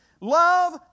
Love